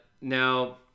Now